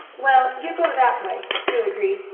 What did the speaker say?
well, you go that way, sue agreed,